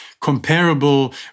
comparable